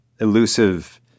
elusive